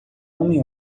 homem